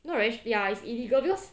not really ya it's illegal because